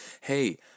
hey